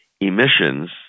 emissions